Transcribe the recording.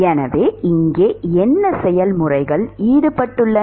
எனவே இங்கே என்ன செயல்முறைகள் ஈடுபட்டுள்ளன